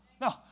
no